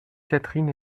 catherine